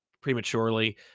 prematurely